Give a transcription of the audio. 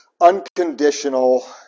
unconditional